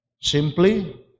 simply